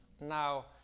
Now